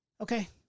Okay